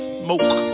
smoke